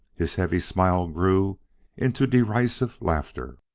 his heavy smile grew into derisive laughter.